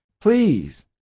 please